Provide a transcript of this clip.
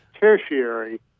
tertiary